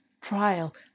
trial